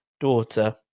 daughter